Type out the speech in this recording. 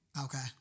Okay